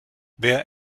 wer